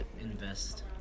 invest